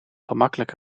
gemakkelijk